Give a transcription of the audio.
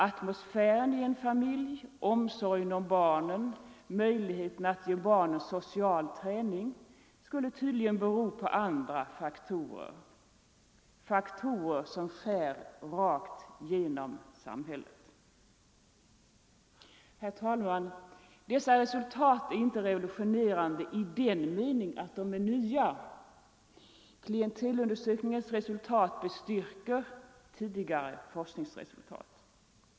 Atmosfären i en familj, omsorgen om barnen, möjligheten att ge barnen social träning skulle tydligen bero på andra faktorer — faktorer som skär rakt igenom samhället. Herr talman! Dessa resultat är inte revolutionerande i den meningen att de är nya. Klientelundersökningens resultat bestyrker tidigare forskningsresultat.